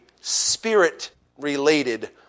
spirit-related